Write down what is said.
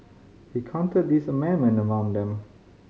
he counted this amendment among them